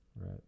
Right